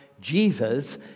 Jesus